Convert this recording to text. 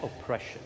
oppression